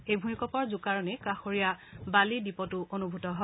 এই ভূইকঁপৰ জোকাৰণি কাষৰীয়া বালি দ্বীপতো অনুভূত হয়